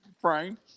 frame